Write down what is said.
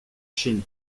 chine